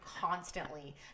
constantly